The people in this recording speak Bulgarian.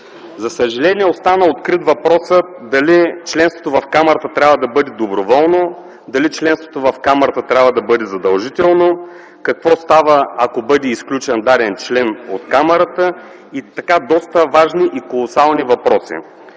За съжаление, остана открит въпроса дали членството в Камарата трябва да бъде доброволно; дали членството в Камарата трябва да бъде задължително; какво става, ако бъде изключен даден член от Камарата? – Доста важни и колосални въпроси.